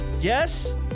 Yes